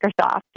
Microsoft